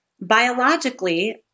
biologically